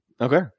Okay